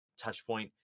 Touchpoint